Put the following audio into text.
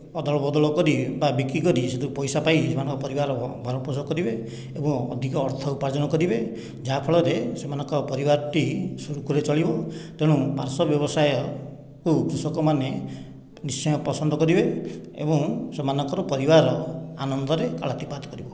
ଅଦଳ ବଦଳ କରି ବା ବିକିକରି ସେଇଠୁ ପଇସା ପାଇ ନିଜ ପରିବାର ଭରଣପୋଷଣ କରିବେ ଏବଂ ଅଧିକ ଅର୍ଥ ଉପାର୍ଜନ କରିବେ ଯାହା ଫଳରେ ସେମାନଙ୍କ ପରିବାରଟି ସୁରୁଖୁରୁରେ ଚଲିବ ତେଣୁ ପାର୍ଶ୍ଵ ବ୍ୟବସାୟକୁ କୃଷକମାନେ ନିଶ୍ଚୟ ପସନ୍ଦ କରିବେ ଏବଂ ସେମାଙ୍କର ପରିବାର ଆନନ୍ଦରେ କାଳାତିପାତ କରିବ